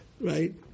Right